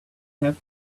have